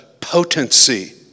potency